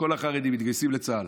כל החרדים, מתגייסים לצה"ל,